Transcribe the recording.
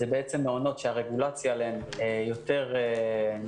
זה בעצם מעונות שהרגולציה עליהם יותר מפורטת,